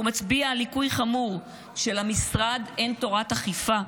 הוא מצביע על ליקוי חמור, שלמשרד אין תורת אכיפה.